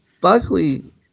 Buckley